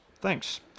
Thanks